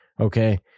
Okay